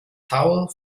towel